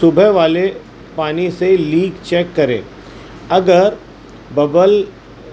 صبح والے پانی سے لیک چیک کریں اگر ببل